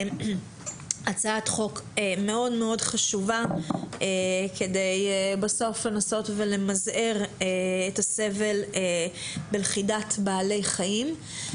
הצעת חוק מאוד חשובה כדי בסוף לנסות ולמזער את הסבל בלכידת בעלי חיים.